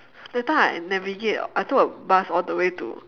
that time I navigate I took a bus all the way to